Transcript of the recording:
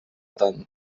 tant